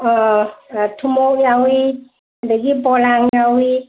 ꯑꯥ ꯊꯨꯃꯣꯛ ꯌꯥꯎꯏ ꯑꯗꯒꯤ ꯄꯣꯂꯥꯡ ꯌꯥꯎꯏ